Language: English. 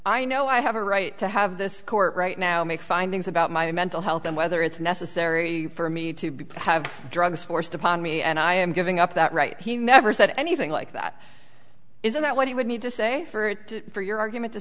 i know i have a right to have this court right now make findings about my mental health and whether it's necessary for me to be have drugs forced upon me and i am giving up that right he never said anything like that isn't that what he would need to say for your argument to